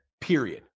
period